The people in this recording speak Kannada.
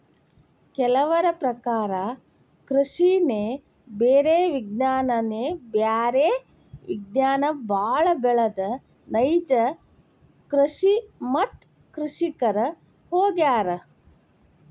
ಕೆಲವರ ಪ್ರಕಾರ ಕೃಷಿನೆ ಬೇರೆ ವಿಜ್ಞಾನನೆ ಬ್ಯಾರೆ ವಿಜ್ಞಾನ ಬಾಳ ಬೆಳದ ನೈಜ ಕೃಷಿ ಮತ್ತ ಕೃಷಿಕರ ಹೊಗ್ಯಾರ